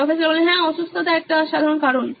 professor হ্যাঁ অসুস্থতা একটা সাধারণ কারণ